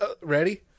Ready